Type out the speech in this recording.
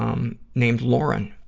um named loren,